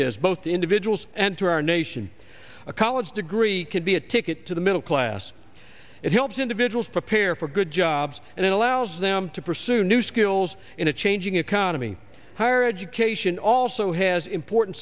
is both to individuals and to our nation a college degree can be a ticket to the middle class it helps individuals prepare for good jobs and it allows them to pursue new skills in a changing economy higher education also has important